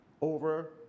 over